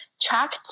track